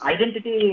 Identity